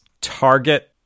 Target